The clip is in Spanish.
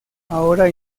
ahora